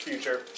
Future